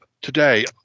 today